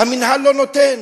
המינהל לא נותן,